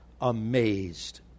amazed